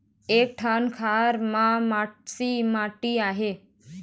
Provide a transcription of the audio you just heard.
एक ठन खार म मटासी माटी आहे?